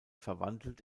verwandelt